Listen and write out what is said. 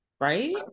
Right